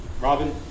Robin